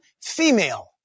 female